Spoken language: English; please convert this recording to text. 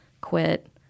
quit